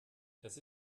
das